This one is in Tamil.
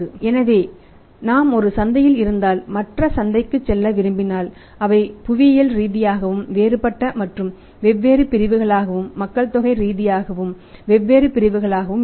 எனவே நாம் ஒரு சந்தையில் இருந்தால் மற்ற சந்தைக்குச் செல்ல விரும்பினால் அவை புவியியல் ரீதியாகவும் வேறுபட்ட மற்றும் வெவ்வேறு பிரிவுகளாகவும் மக்கள்தொகை ரீதியாக வெவ்வேறு பிரிவுகளாகவும் இருக்கும்